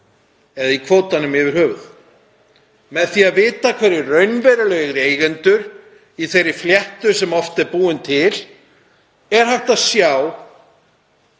eða í kvótanum yfir höfuð. Með því að vita hverjir eru raunverulegir eigendur í þeirri fléttu sem oft er búin til er hægt að sjá